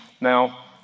Now